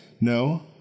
no